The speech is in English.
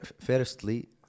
Firstly